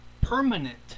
permanent